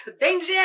danger